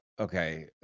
Okay